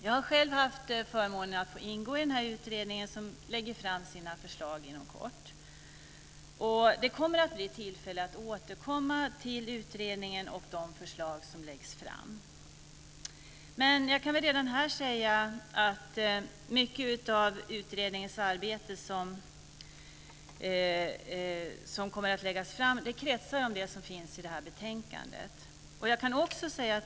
Jag har själv haft förmånen att få ingå i denna utredning som inom kort lägger fram sina förslag. Det blir tillfälle att återkomma till utredningen och de förslag som läggs fram. Men jag kan redan nu säga att mycket av utredningens arbete kretsar kring det som finns i detta betänkande.